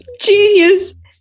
genius